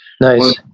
Nice